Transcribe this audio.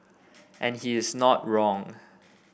and he is not wrong